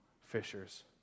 fishers